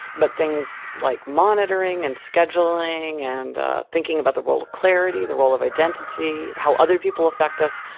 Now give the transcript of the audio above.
but things like monitoring and scheduling and thinking about the role of clarity, the role of identity, how other people affect us,